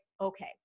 okay